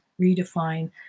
redefine